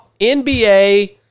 NBA